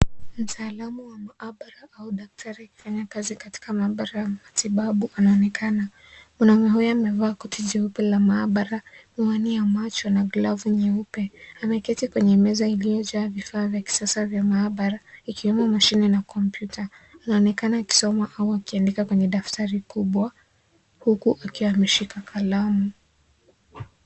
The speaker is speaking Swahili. Mtaalamu wa maabara au daktari akifanya kazi katika maabara wa matibabu anaonekana. Mwanaume huyo amevaa koti la maabara, miwani ya macho na glavu nyeupe. Ameketi kwenye meza iliyojaa vifaa vya kisasa vya maabara ikiwemo mashine ya kompyuta. Anaonekana akisoma au akiandika kwenye daftari kubwa huku akiwa ameshika kalamu.